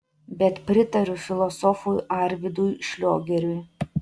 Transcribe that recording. bet pritariu filosofui arvydui šliogeriui